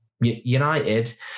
United